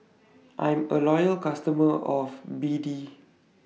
I'm A Loyal customer of B D